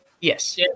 yes